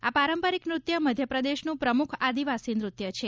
આ પારંપરિક નૃત્ય મધ્યપ્રદેસનું પ્રમુખ આદિવાસી નૃત્ય છે